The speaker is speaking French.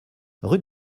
rue